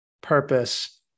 purpose